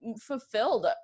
fulfilled